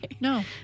no